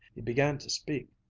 he began to speak,